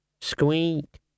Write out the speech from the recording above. Squeak